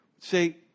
say